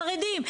החרדים,